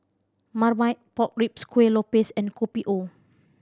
Marmite Pork Ribs Kueh Lopes and Kopi O